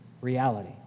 reality